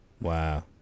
Wow